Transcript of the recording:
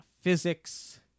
physics